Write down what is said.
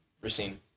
Racine